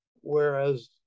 whereas